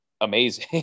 amazing